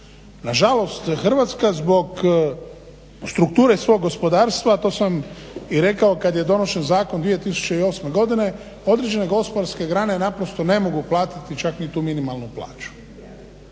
Nažalost Hrvatska zbog strukture svog gospodarstva, to sam i rekao kad je donesen zakon 2008. godine određene gospodarske grane naprosto ne mogu platiti čak ni tu minimalnu plaću.